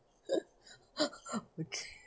okay